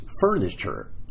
furniture